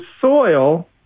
soil